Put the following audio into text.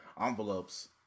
Envelopes